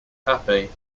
happy